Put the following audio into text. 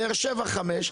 באר שבע 5,